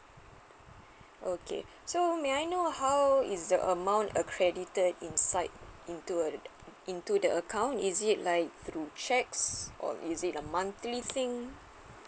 okay so may I know how is the amount accredited insight into uh into the account is it like through cheque or is it a monthly thing